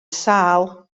sâl